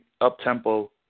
up-tempo